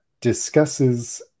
discusses